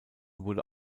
wurde